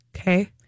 Okay